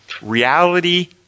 Reality